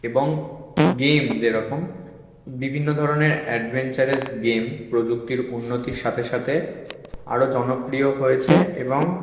এবং গেম যেরকম বিভিন্ন ধরনের অ্যাডভেঞ্চারাস গেম প্রযুক্তির উন্নতির সাথে সাথে আরও জনপ্রিয় হয়েছে এবং